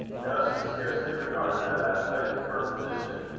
now she scarcely regarded that aspect of her position.